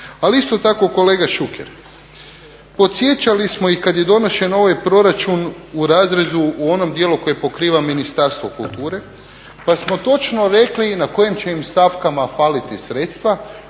Ali isto tako kolega Šuker, podsjećali smo i kad je donošen ovaj proračun u razrezu u onom dijelu koje pokriva Ministarstvo kulture pa smo točno rekli na kojim će im stavkama faliti sredstva,